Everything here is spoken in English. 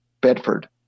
Bedford